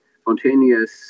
spontaneous